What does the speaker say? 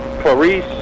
Clarice